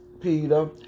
Peter